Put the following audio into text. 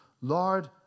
Lord